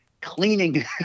cleaning